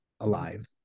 alive